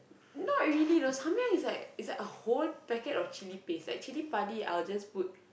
not really though Samyang is like is like a whole packet of chilli paste like chilli-padi I'll just put